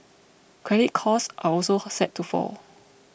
credit costs are also set to fall